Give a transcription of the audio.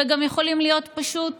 וגם יכולים להיות פשוט